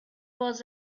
was